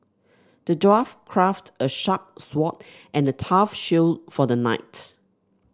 the dwarf crafted a sharp sword and a tough shield for the knight